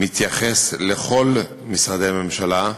מתייחס לכל משרדי הממשלה,